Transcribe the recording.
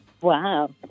Wow